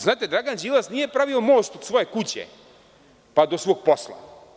Znate, Dragan Đilas nije pravio most kod svoje kuće, pa do svog posla.